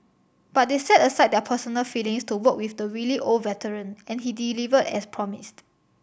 but they set aside their personal feelings to work with the wily old veteran and he delivered as promised